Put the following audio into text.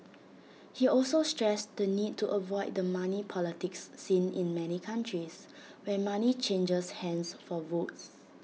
he also stressed the need to avoid the money politics seen in many countries where money changes hands for votes